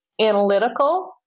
analytical